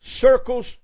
circles